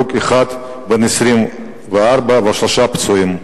הרוג אחד בן 24 ושלושה פצועים.